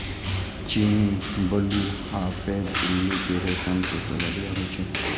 चीनी, बुलू आ पैघ पिल्लू के रेशम सबसं बढ़िया होइ छै